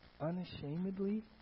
unashamedly